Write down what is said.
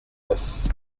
neuf